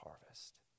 harvest